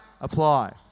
apply